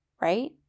right